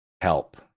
Help